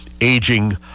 aging